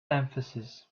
emphasis